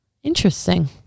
interesting